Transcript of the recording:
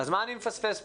אז מה אני מפספס פה?